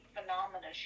phenomena